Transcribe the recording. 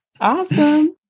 Awesome